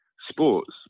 sports